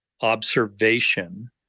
observation